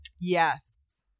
yes